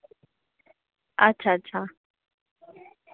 अच्छा अच्छा